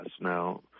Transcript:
now